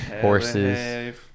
horses